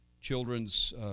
children's